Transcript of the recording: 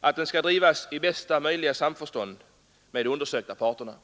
att den skall bedrivas i bästa möjliga samförstånd med de undersökta parterna.